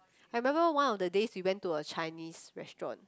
I remember one of the days we went to a Chinese restaurant